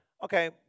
Okay